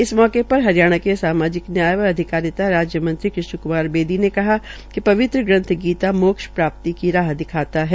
इस मौके पर हरियाणा के सामाजिक न्याय व अधिकारिता राज्य मंत्री कृष्ण कृमार बेदी ने कहा कि पवित्र ग्रंथ गीता मोक्ष प्राप्ति की राह दिखाता है